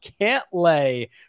Cantlay